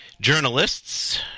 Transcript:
journalists